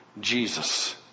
Jesus